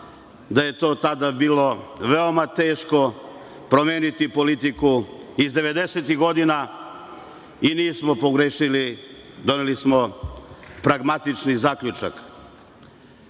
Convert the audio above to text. da je to tada bilo veoma teško promeniti politiku iz 90-ih godina i nismo pogrešili, doneli smo pragmatični zaključak. Podržao